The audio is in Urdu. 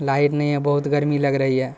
لائٹ نہیں ہے بہت گرمی لگ رہی ہے